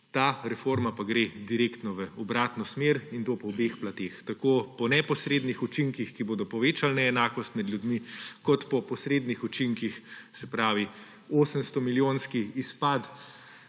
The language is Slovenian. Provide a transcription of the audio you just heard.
Ta reforma pa gre direktno v obratno smer in to po obeh plateh, tako po neposrednih učinkih, ki bodo povečali neenakost med ljudmi, kot po posrednih učinkih. Se pravi, 800-milijonski izpad